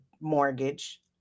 mortgage